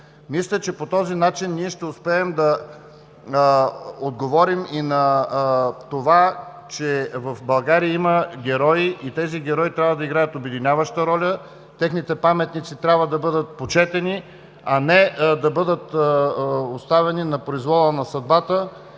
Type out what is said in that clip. Мисля, че по този начин ние ще успеем да отговорим и на това, че в България има герои и тези герои трябва да играят обединяваща роля. Техните паметници трябва да бъдат почетени, а не да бъдат оставени на произвола на съдбата,